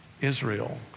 Israel